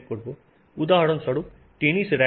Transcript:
সুতরাং উদাহরণস্বরূপ tennis racket